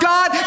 God